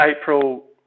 April